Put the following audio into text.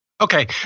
Okay